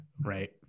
right